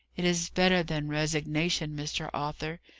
it is better than resignation, mr. arthur,